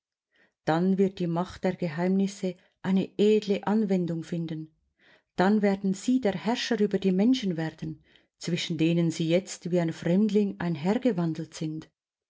dann wird die macht der geheimnisse eine edle anwendung finden dann werden sie der herrscher über die menschen werden zwischen denen sie jetzt wie ein fremdling einhergewandelt sind